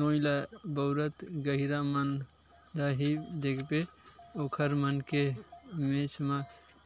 नोई ल बउरत गहिरा मन ल ही देखबे ओखर मन के घेंच म